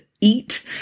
eat